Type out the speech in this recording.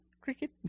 cricket